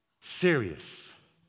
Serious